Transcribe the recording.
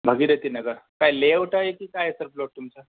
भागीरथीनगर काय लेआउट आहे की काय सर प्लॉट तुमचा